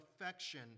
affection